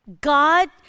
God